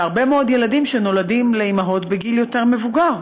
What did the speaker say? והרבה מאוד ילדים שנולדים לאימהות בגיל יותר מבוגר,